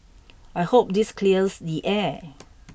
I hope this clears the air